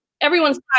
everyone's